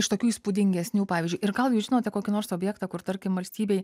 iš tokių įspūdingesnių pavyzdžiui ir gal jūs žinote kokį nors objektą kur tarkim valstybei